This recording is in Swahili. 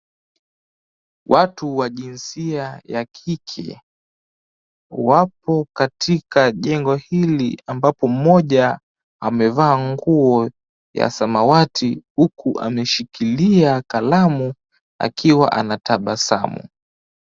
Watu wa jinsia ya kike wapo katika jengo hili, ambapo mmoja amevaa nguo ya samawati, huku ameshikilia kalamu akiwa anatabasamu.